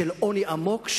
של עוני עמוק,